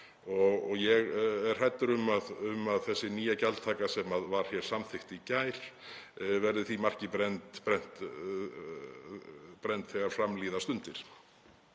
Ég er hræddur um að þessi nýja gjaldtaka sem var samþykkt hér í gær verði því marki brennd þegar fram líða stundir.